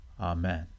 Amen